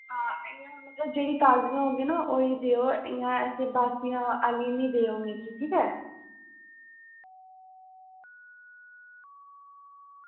ओह् जेह्ड़ियां ताज़ियां होंदियां ना ओह् ही देओ ते बाकी हल्ली निं दे्ओ मिगी ठीक ऐ